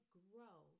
grow